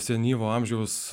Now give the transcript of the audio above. senyvo amžiaus